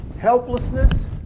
helplessness